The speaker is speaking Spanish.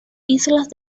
islas